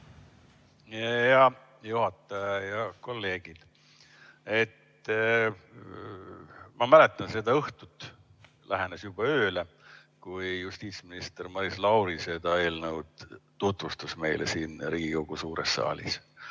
juhataja! Head kolleegid! Ma mäletan seda õhtut, lähenes juba ööle, kui justiitsminister Maris Lauri seda eelnõu tutvustas meile siin Riigikogu suures saalis.